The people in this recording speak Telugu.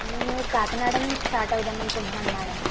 నేను కాకినాడ నుంచి స్టార్ట్ అవుదామనుకుంటున్నాను మేడం